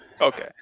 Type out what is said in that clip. Okay